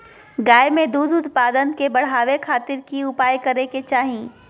गाय में दूध उत्पादन के बढ़ावे खातिर की उपाय करें कि चाही?